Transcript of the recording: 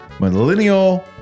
millennial